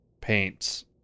paints